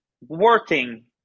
working